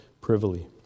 privily